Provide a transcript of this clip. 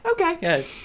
Okay